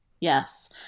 yes